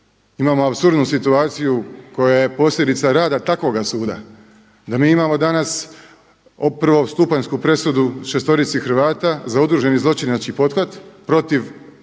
Imao apsurdnu situaciju koja je posljedica rada takvoga suda, da mi imamo danas prvostupanjsku presudu šestorici Hrvata za udruženi zločinački pothvat protiv